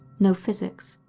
no physics,